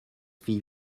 fille